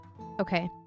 Okay